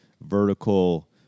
vertical